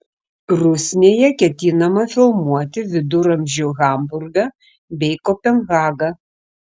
rusnėje ketinama filmuoti viduramžių hamburgą bei kopenhagą